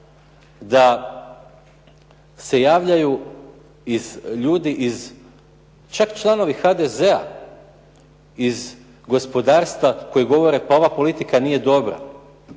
da se javljaju ljudi iz, čak članovi HDZ-a, iz gospodarstva koji govore, pa ova politika nije dobra.